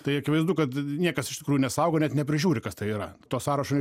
tai akivaizdu kad niekas iš tikrųjų nesaugo net neprižiūri kas tai yra to sąrašo